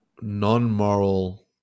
non-moral